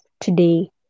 today